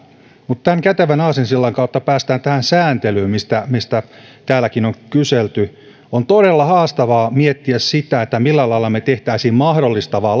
mutta tämän kätevän aasinsillan kautta päästään tähän sääntelyyn mistä mistä täälläkin on kyselty on todella haastavaa miettiä sitä millä lailla me tekisimme mahdollistavaa